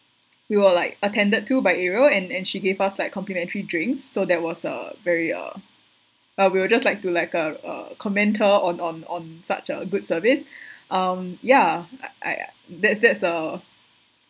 we were like attended to by ariel and and she gave us like complimentary drinks so that was uh very uh uh we were just like to like uh uh comment her on on on such a good service um yeah I I that's that's a